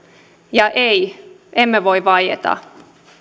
ja ei emme voi vaieta